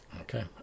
Okay